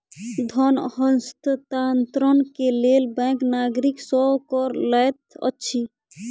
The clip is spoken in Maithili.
धन हस्तांतरण के लेल बैंक नागरिक सॅ कर लैत अछि